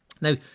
Now